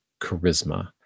charisma